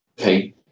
okay